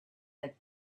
that